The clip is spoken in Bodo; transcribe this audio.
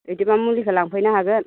बेदिब्ला मुलिखौ लांफैनो हागोन